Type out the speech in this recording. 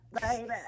baby